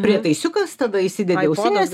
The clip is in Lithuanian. prietaisiukas tada įsidedi ausines